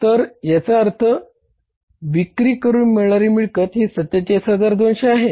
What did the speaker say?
तर याचा अर्थ विक्री करून मिळणारी मिळकत ही 47200 आहे